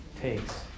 takes